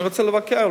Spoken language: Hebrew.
אני רוצה לבקר,